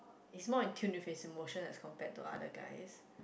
he's more in tuned with his motion as compared to other guys